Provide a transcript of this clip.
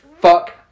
fuck